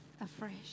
afresh